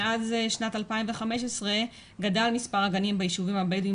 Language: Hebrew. מאז שנת 2015 גדל מספר הגנים ביישובים הבדואים